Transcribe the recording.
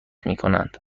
میکنند